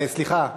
סליחה.